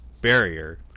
barrier